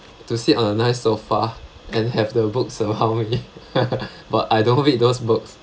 to sit on a nice sofa and have the books around me but I don't read those books